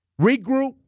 regroup